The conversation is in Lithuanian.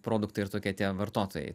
produktai ir tokie tie vartotojai